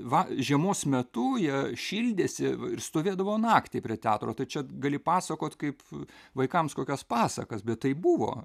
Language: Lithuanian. va žiemos metu jie šildėsi ir stovėdavo naktį prie teatro tai čia gali pasakot kaip vaikams kokias pasakas bet tai buvo